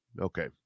okay